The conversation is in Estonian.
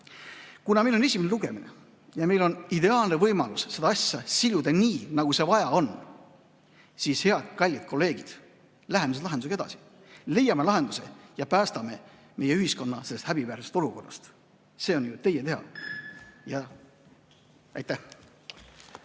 Kuna meil on esimene lugemine ja meil on ideaalne võimalus seda asja siluda nii, nagu vaja on, siis head kallid kolleegid, läheme selle lahendusega edasi. Leiame lahenduse ja päästame meie ühiskonna sellest häbiväärsest olukorrast. See on ju teie teha. Aitäh!